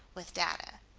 with data.